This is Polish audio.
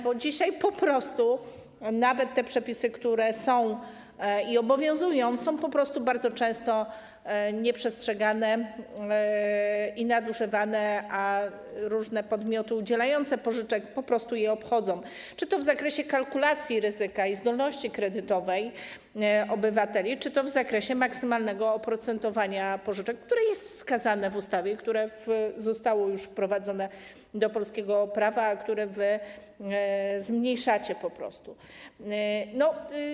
Bo dzisiaj nawet te przepisy, które obowiązują, są bardzo często nieprzestrzegane i nadużywane, a różne podmioty udzielające pożyczek po prostu je obchodzą czy to w zakresie kalkulacji ryzyka i zdolności kredytowej obywateli, czy to w zakresie maksymalnego oprocentowania pożyczek, które jest wskazane w ustawie, które zostało już wprowadzone do polskiego prawa, a które wy po prostu zmniejszacie.